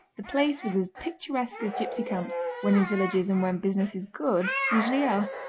the place was as picturesque as gipsy camps when in villages and when business is good usually are.